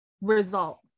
result